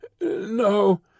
No